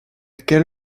quelle